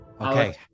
Okay